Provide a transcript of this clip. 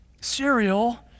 cereal